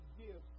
give